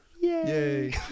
Yay